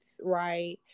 right